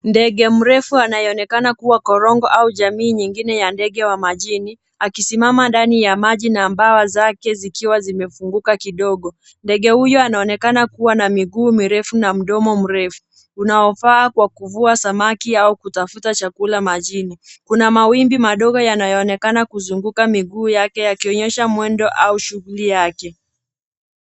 Ndege mrefu anayeonekana kuwa korongo au jamii nyingine ya ndege wa majini akisimama ndani ya maji na bawa zake zikiwa zimefunguka kidogo. Ndege huyu anaonekana kuwa na miguu mirefu na mdomo mrefu, unaofaa kwa kuvua samaki au kutafuta chakula majini. Kuna mawimbi madogo yanayoonekana kuzunguka miguu yake yakionyesha mwendo au shughuli yake.